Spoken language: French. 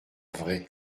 vraie